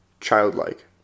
childlike